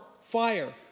fire